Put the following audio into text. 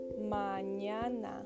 Mañana